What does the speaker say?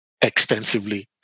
extensively